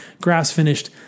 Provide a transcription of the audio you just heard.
grass-finished